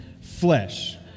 flesh